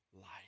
life